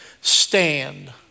stand